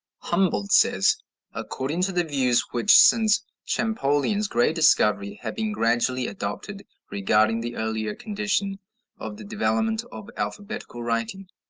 humboldt says according to the views which, since champollion's great discovery, have been gradually adopted regarding the earlier condition of the development of alphabetical writing,